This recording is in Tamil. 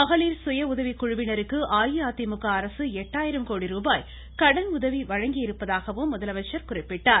மகளிர் சுய உதவிக்குழுவினருக்கு அஇஅதிமுக அரசு எட்டாயிரம் கோடி ரூபாய் கடன் உதவி வழங்கியிருப்பதாகவும் முதலமைச்சர் குறிப்பிட்டார்